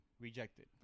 rejected